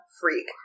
freak